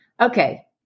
Okay